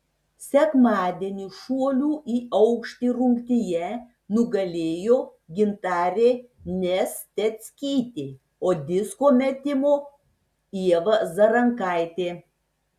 sekmadienį šuolių į aukštį rungtyje nugalėjo gintarė nesteckytė o disko metimo ieva zarankaitė